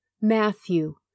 Matthew